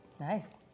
Nice